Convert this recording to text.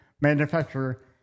manufacturer